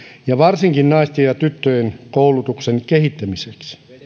ja varsinkin naisten ja tyttöjen koulutuksen kehittämiseksi